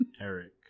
Eric